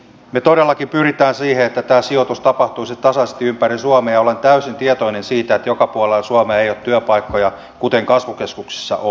me todellakin pyrimme siihen että tämä sijoitus tapahtuisi tasaisesti ympäri suomea ja olen täysin tietoinen siitä että joka puolella suomea ei ole työpaikkoja kuten kasvukeskuksissa on